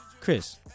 Chris